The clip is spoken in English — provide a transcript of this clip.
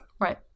right